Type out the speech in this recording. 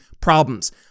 problems